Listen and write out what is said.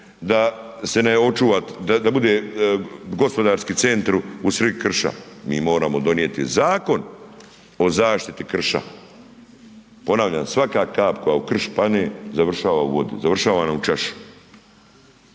da se ne očuva, da bude gospodarski centar u srid krša, mi moramo donijeti Zakon o zaštiti krša. Ponavljam, svaka kap koja u krš pane, završava u vodi, završava nam u čaši.